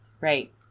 right